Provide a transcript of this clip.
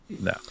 No